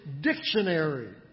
dictionary